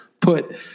put